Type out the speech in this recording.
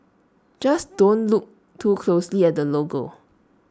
just don't look too closely at the logo